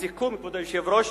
לסיכום, כבוד היושב-ראש,